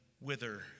Wither